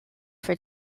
for